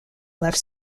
left